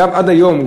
עד היום,